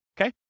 Okay